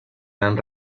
han